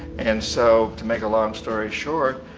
and so, to make a long story short,